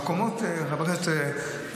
אברהם בצלאל,